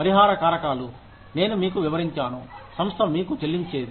పరిహార కారకాలు నేను మీకు వివరించాను సంస్థ మీకు చెల్లించేది